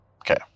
Okay